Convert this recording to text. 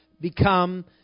become